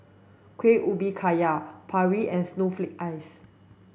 Kuih Ubi Kayu Paru and snowflake ice